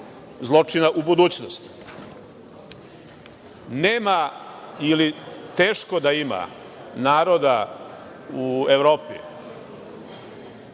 u budućnosti. Nema ili teško da ima naroda u Evropi